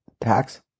tax